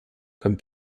comme